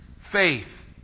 faith